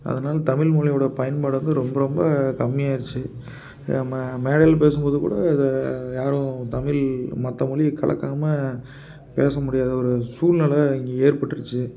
அதனால் தமிழ்மொழியோட பயன்பாடு வந்து ரொம்ப ரொம்ப கம்மியாயிடுச்சு நம்ம மேடையில் பேசும்போதுக்கூட யாரும் தமிழ் மற்ற மொழியை கலக்காமல் பேசமுடியாத ஒரு சூழ்நில இங்கே ஏற்பட்டுருச்சு